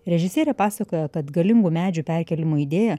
režisierė pasakoja kad galingų medžių perkėlimo idėja